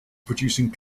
producing